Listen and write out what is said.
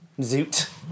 zoot